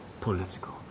political